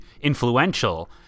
influential